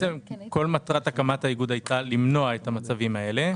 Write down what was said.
מטרת הקמת האיגוד הייתה למנוע את המקרים האלה.